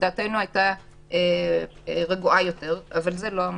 - דעתנו היתה רגועה יותר אבל זה לא המצב.